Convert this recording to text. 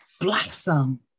Blossom